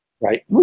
Right